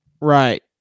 Right